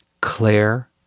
Claire